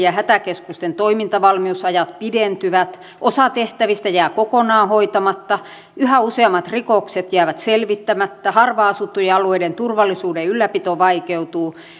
ja hätäkeskusten toimintavalmiusajat pidentyvät osa tehtävistä jää kokonaan hoitamatta yhä useammat rikokset jäävät selvittämättä harvaan asuttujen alueiden turvallisuuden ylläpito vaikeutuu